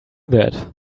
that